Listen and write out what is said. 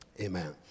amen